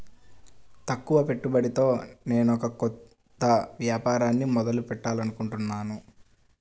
తక్కువ పెట్టుబడితో నేనొక కొత్త వ్యాపారాన్ని మొదలు పెట్టాలనుకుంటున్నాను